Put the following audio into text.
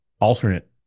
alternate